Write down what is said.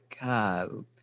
God